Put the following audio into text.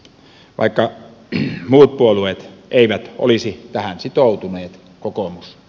vaikka muut puolueet eivät olisi tähän sitoutuneet kokoomus on